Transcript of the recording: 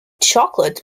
chocolate